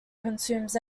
consumes